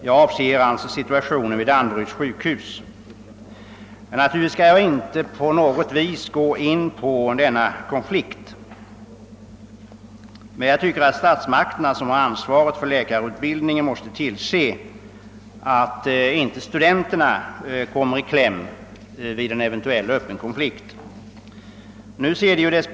Jag avser älltså situationen vid Danderyds sjukhus. Naturligtvis skall jag inte på något vis gå in på denna konflikt, men jag anser att statsmakterna, som har ansvaret för läkarutbildningen, borde tillse. att studenterna inte kommer i i kläm vid en öppen konflikt. Nu ser det dess.